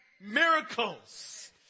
miracles